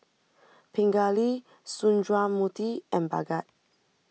Pingali Sundramoorthy and Bhagat